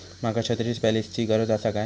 माका छत्री पॉलिसिची गरज आसा काय?